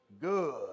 good